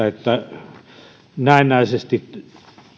että näennäisesti